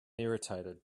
irritated